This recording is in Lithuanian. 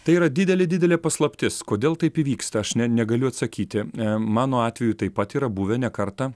tai yra didelė didelė paslaptis kodėl taip įvyksta aš ne negaliu atsakyti mano atveju taip pat yra buvę ne kartą